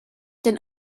den